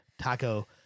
Taco